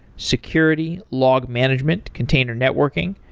security, log management, container networking,